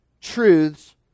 truths